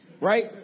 right